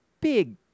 Big